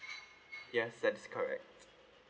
yes that's correct